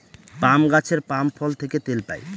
পাম গাছের পাম ফল থেকে তেল পাই